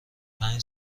پنج